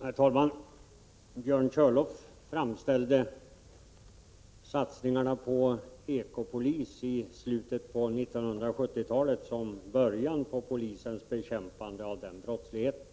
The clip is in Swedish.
Herr talman! Björn Körlof framställde satsningarna på ekopolis i slutet av 1970-talet som början på polisens bekämpande av den ekonomiska brottsligheten.